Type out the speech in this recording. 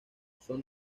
son